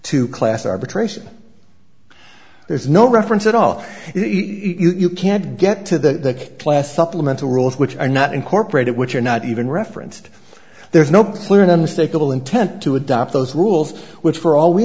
to class arbitration there's no reference at all you can't get to the class supplemental rules which are not incorporated which are not even referenced there's no clear and unmistakable intent to adopt those rules which for all we